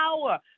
power